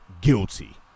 guilty